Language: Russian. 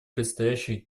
предстоящих